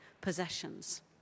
possessions